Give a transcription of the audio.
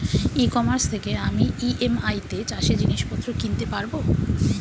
ই commerce থেকে আমি EMI তে চাষে জিনিসপত্র কিনতে পারব?